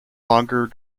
longer